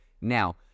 Now